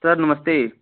sir नमस्ते